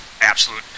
absolute